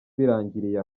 birangiriye